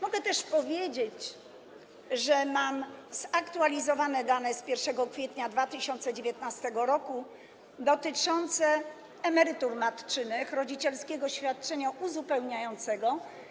Mogę też powiedzieć, że mam zaktualizowane dane z 1 kwietnia 2019 r. dotyczące emerytur matczynych, rodzicielskiego świadczenia uzupełniającego.